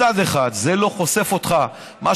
מצד אחד זה לא חושף אותך באופן מלא,